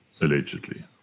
allegedly